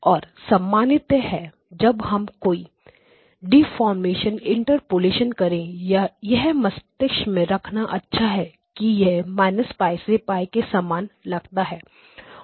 और सामान्यतः है जब हम कोई डिफॉर्मेशन या इन्टरपोलेशन करें यह मस्तिष्क में रखना अच्छा है कि यह −π से π के सामान लगता है